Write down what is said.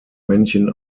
männchen